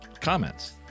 comments